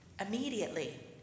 Immediately